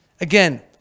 Again